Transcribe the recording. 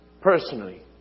personally